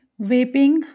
vaping